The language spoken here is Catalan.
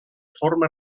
forma